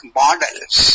models